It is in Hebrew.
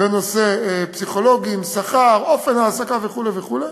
בנושא פסיכולוגים, שכר, אופן העסקה וכו' וכו'.